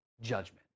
judgment